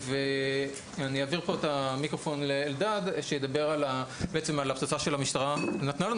ואעביר את המיקרופון לאלדד שידבר על הפצצה שהמשטרה נתנה לנו